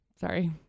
Sorry